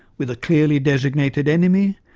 with a clearly designated enemy,